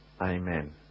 Amen